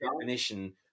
definition